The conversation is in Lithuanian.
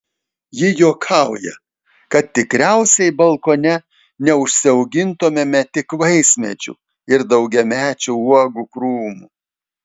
ji juokauja kad tikriausiai balkone neužsiaugintumėme tik vaismedžių ir daugiamečių uogų krūmų